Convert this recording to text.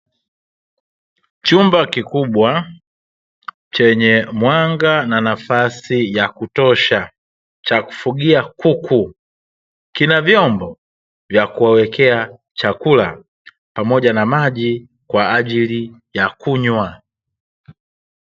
Chumba kikubwa, chenye mwanga na nafasi ya kutosha, cha kufugia kuku, kina vyombo vya kuwawekea chakula pamoja na maji kwa ajili ya kunywa.